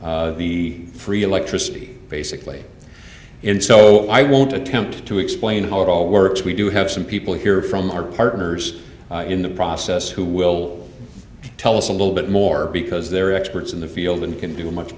garner the free electricity basically and so i won't attempt to explain how it all works we do have some people here from our partners in the process who will tell us a little bit more because they're experts in the field and can do a much